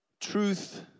truth